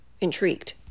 intrigued